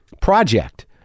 project